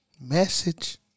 Message